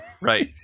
right